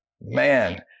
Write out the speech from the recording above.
man